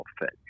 fit